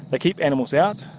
they keep animals out,